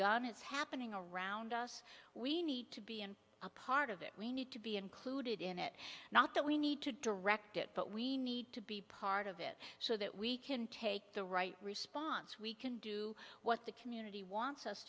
begun is happening around us we need to be and a part of it we need to be included in it not that we need to direct it but we need to be part of it so that we can take the right response we can do what the community wants us